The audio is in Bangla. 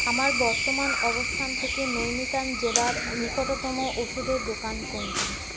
আমার বর্তমান অবস্থান থেকে নৈনিতাল জেলার নিকটতম ওষুধের দোকান কোনটি